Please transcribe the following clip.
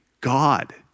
God